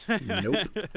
nope